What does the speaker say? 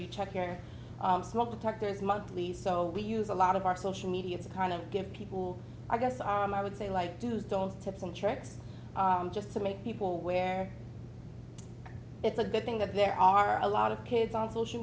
you check your smoke detectors monthly so we use a lot of our social media to kind of give people i guess i am i would say like do those don'ts tips and tricks just to make people where it's a good thing that there are a lot of kids on social